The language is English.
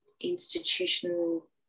institutional